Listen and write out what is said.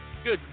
Good